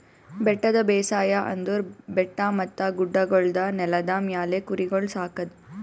ಬೆಟ್ಟದ ಬೇಸಾಯ ಅಂದುರ್ ಬೆಟ್ಟ ಮತ್ತ ಗುಡ್ಡಗೊಳ್ದ ನೆಲದ ಮ್ಯಾಲ್ ಕುರಿಗೊಳ್ ಸಾಕದ್